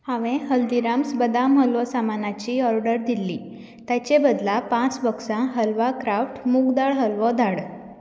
हांवें हल्दिराम्स बदाम हालवो सामानाची ऑर्डर दिल्ली ताचे बदला पांच बॉक्सां हलवा क्राफ्ट मूग दाळ हालवो धाड